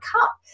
Cup